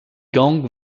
gang